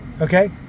okay